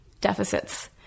deficits